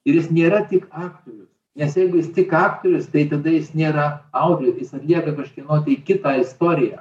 ir jis nėra tik aktorius nes jeigu jis tik aktorius tai tada jis nėra auklė jis atlieka kažkieno tai kitą istoriją